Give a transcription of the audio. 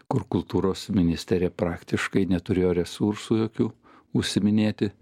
kur kultūros ministerija praktiškai neturėjo resursų jokių užsiiminėti